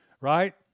right